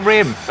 Rim